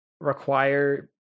require